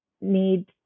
need